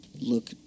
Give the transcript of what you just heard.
look